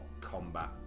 combat